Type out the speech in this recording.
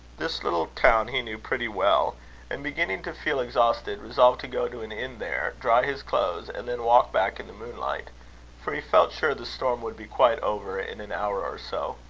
this little town he knew pretty well and, beginning to feel exhausted, resolved to go to an inn there, dry his clothes, and then walk back in the moonlight for he felt sure the storm would be quite over in an hour or so.